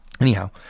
anyhow